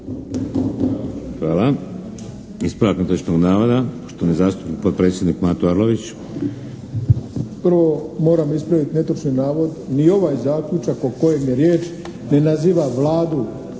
Hvala. Ispravak netočnog navoda, poštovani zastupnik i potpredsjednik Mato Arlović. **Arlović, Mato (SDP)** Prvo moram ispraviti netočan navod. Ni ovaj zaključak o kojem je riječ, ne naziva Vladu